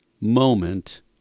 moment